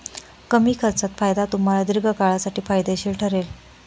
कमी खर्चात फायदा तुम्हाला दीर्घकाळासाठी फायदेशीर ठरेल